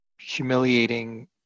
humiliating